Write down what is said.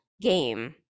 game